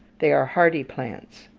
they are hardy plants,